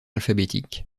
alphabétique